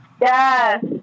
yes